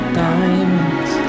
diamonds